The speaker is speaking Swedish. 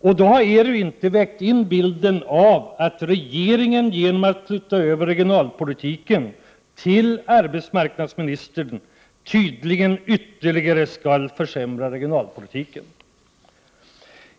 Och då har ERU inte vägt in i bilden att regeringen genom att flytta över regionalpolitiken till arbetsmarknadsministern tydligen ytterligare skall försämra regionalpolitiken.